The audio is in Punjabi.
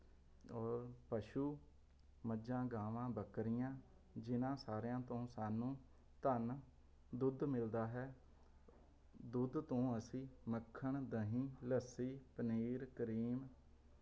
ਔਰ ਪਸ਼ੂ ਮੱਝਾਂ ਗਾਵਾਂ ਬੱਕਰੀਆਂ ਜਿਨ੍ਹਾਂ ਸਾਰਿਆਂ ਤੋਂ ਸਾਨੂੰ ਧਨ ਦੁੱਧ ਮਿਲਦਾ ਹੈ ਦੁੱਧ ਤੋਂ ਅਸੀਂ ਮੱਖਣ ਦਹੀ ਲੱਸੀ ਪਨੀਰ ਕਰੀਮ